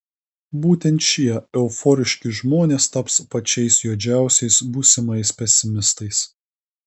būtent šie euforiški žmonės taps pačiais juodžiausiais būsimais pesimistais